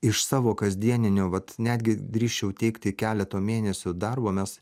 iš savo kasdieninio vat netgi drįsčiau teigti keleto mėnesių darbo mes